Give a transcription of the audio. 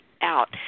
out